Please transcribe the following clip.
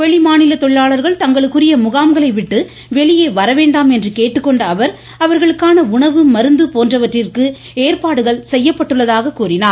வெளி மாநில தொழிலாளர்கள் தங்களுக்குரிய முகாம்களை விட்டு வெளியே வரவேண்டாம் என்று கேட்டுக்கொண்ட அவர் அவர்களுக்கான உணவு மருந்து போன்றவற்றிற்கு ஏற்பாடுகள் செய்யப்பட்டுள்ளதாக கூறினார்